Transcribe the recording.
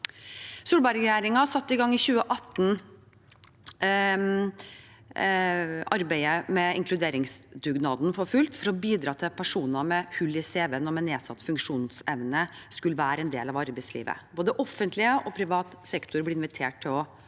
Solberg-regjeringen for fullt i gang arbeidet med inkluderingsdugnaden for å bidra til at personer med hull i cv-en og nedsatt funksjonsevne skulle være en del av arbeidslivet. Både offentlig og privat sektor ble invitert til å